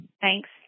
Thanks